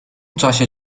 czasie